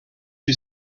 you